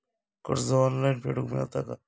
कर्ज ऑनलाइन फेडूक मेलता काय?